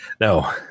No